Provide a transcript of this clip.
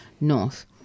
North